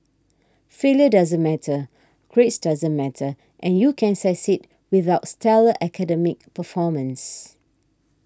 failure doesn't matter grades doesn't matter and you can succeed without stellar academic performance